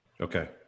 okay